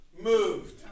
moved